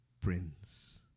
prince